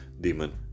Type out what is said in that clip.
demon